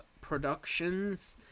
Productions